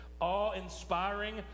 awe-inspiring